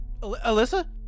Alyssa